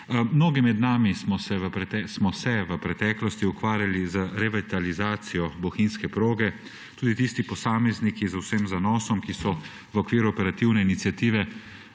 Mnogi smo se v preteklosti ukvarjali z revitalizacijo bohinjske proge. Tudi tisti posamezniki z vsem zanosom, ki so v okviru operativne iniciative